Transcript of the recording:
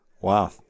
Wow